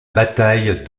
bataille